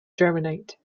germinate